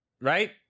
Right